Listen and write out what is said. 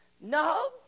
No